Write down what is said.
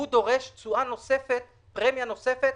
הוא דורש פרמיה נוספת,